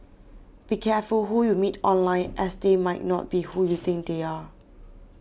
be careful who you meet online as they might not be who you think they are